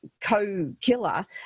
co-killer